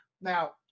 now